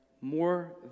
more